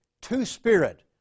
two-spirit